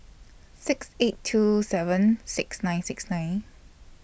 six eight two seven six nine six nine